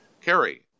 Kerry